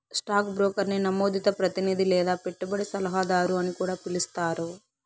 stock బ్రోకర్ని నమోదిత ప్రతినిది లేదా పెట్టుబడి సలహాదారు అని కూడా పిలిస్తారు